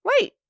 wait